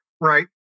Right